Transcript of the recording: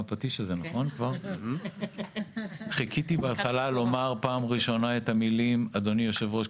רציתי בהתחלה לומר את המילים "אדוני היושב-ראש,